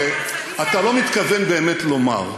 הרי אתה לא מתכוון באמת לומר,